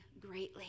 greatly